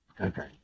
Okay